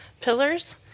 pillars